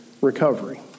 recovery